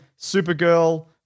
Supergirl